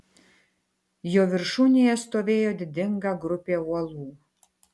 jo viršūnėje stovėjo didinga grupė uolų